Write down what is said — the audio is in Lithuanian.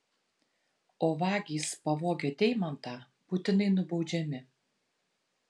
o vagys pavogę deimantą būtinai nubaudžiami